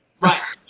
Right